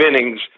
innings